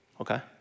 Okay